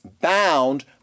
bound